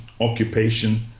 occupation